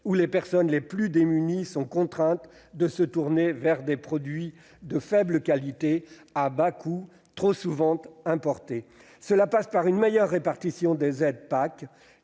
où les personnes les plus démunies sont contraintes de se tourner vers des produits de faible qualité, à bas coût, et trop souvent importés. Cela passe par une meilleure répartition des aides PAC,